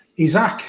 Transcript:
Isaac